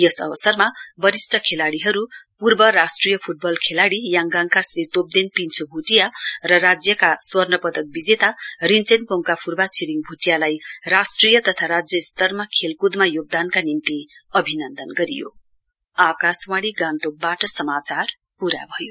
यस अवसरमा वरिष्ट खेलाडीहरू पूर्व राष्ट्रिय फुटबल खेलाडी याङगाङका श्री तोप्देन पिन्छो भुटिया र राज्यमा स्वर्णपदक विजेता रिञ्चेनपोङका फुर्वा छिरिङ भूटियालाई राष्ट्रिय तथा राज्य स्तरमा खेलक्दमा योगदानका निम्ति अभिनन्दन गरियो